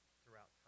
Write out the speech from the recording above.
throughout